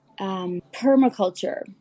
permaculture